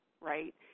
right